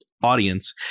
audience